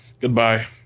Goodbye